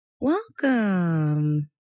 welcome